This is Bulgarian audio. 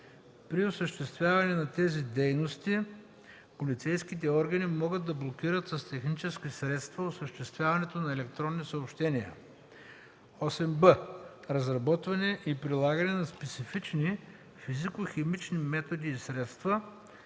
при осъществяване на тези дейности полицейските органи могат да блокират с технически средства осъществяването на електронни съобщения; 8б. разработване и прилагане на специфични физико-химични методи и средства